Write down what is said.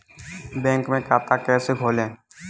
Bank में खाता कैसे खोलें?